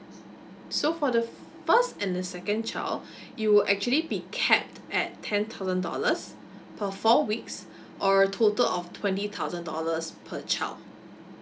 so for the first and the second child you will actually be capped at ten thousand dollars per four weeks or a total of twenty thousand dollars per child